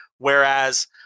Whereas